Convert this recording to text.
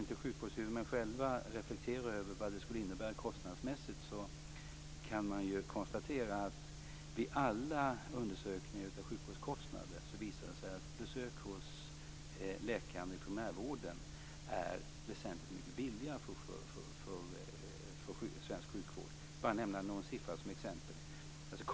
Om sjukvårdshuvudmännen själva inte reflekterar över vad det skulle innebära kostnadsmässigt, kan man konstatera att vid alla undersökningar av sjukvårdskostnader visar det sig att besök hos läkare i primärvården är väsentligt mycket billigare för svensk sjukvård. Jag vill bara nämna någon siffra som exempel.